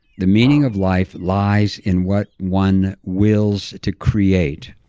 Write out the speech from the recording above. the meaning of life lies in what one wills to create.